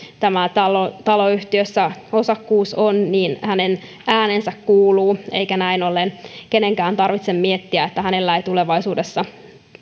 tässä taloyhtiössä osakkuus on ääni kuuluu eikä näin ollen kenenkään tarvitse miettiä että hänelle tulevaisuudessa